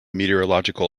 meteorological